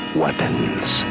weapons